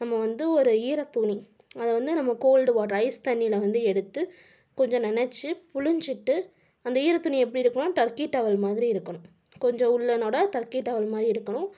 நம்ம வந்து ஒரு ஈர துணி அதை வந்து நம்ம கோல்டு வாட்டர் ஐஸ் தண்ணியில் வந்து எடுத்து கொஞ்சம் நெனைச்சி பிழிஞ்சிட்டு அந்த ஈர துணி எப்படி இருக்கணும்னா டர்க்கி டவல் மாதிரி இருக்கணும் கொஞ்சம் உல்லனோடு டர்க்கி டவல் மாதிரி இருக்கணும்